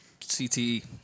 CTE